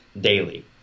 daily